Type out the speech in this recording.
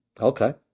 Okay